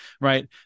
right